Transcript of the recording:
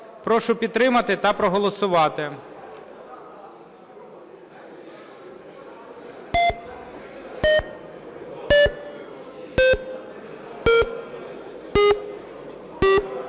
Прошу підтримати та проголосувати.